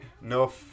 No